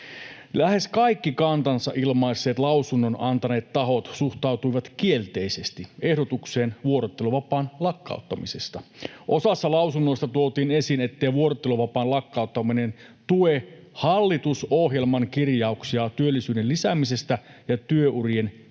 Lähes kaikki kantansa ilmaisseet, lausunnon antaneet tahot suhtautuivat kielteisesti ehdotukseen vuorotteluvapaan lakkauttamisesta. Osassa lausunnoista tuotiin esiin, ettei vuorotteluvapaan lakkauttaminen tue hallitusohjelman kirjauksia työllisyyden lisäämisestä ja työurien pidentämisestä